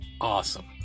awesome